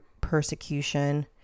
persecution